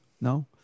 No